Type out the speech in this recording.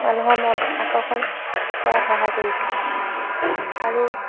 মানুহৰ মন আকৰ্ষণ কৰাত সহায় কৰিছিল আৰু